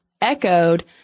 echoed